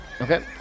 Okay